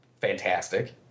fantastic